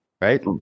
right